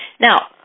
Now